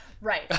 Right